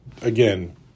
again